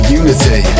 unity